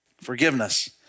Forgiveness